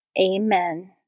Amen